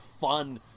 fun